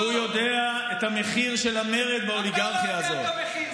כי הוא יודע את המחיר של המרד באוליגרכיה הזאת.